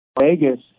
Vegas